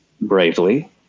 bravely